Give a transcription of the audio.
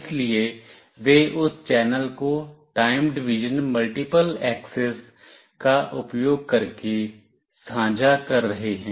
इसलिए वे उस चैनल को टाइम डिवीजन मल्टीपल एक्सेस का उपयोग करके साझा कर रहे हैं